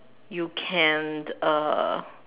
you can uh